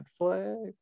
Netflix